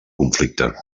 conflicte